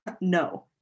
no